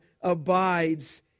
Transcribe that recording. abides